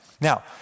Now